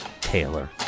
Taylor